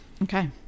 Okay